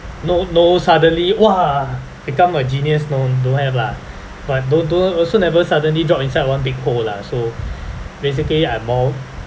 no no suddenly !wah! become a genius no don't have lah but don't don't kn~ also never suddenly drop inside one big hole lah so basically I'm more